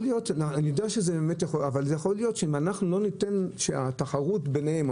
אם אנחנו לא ניתן שהתחרות ביניהם,